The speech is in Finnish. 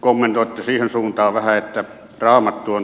kommentoitte siihen suuntaan vähän että raamattu on tiettyjen lakien yläpuolella